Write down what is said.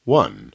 one